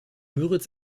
müritz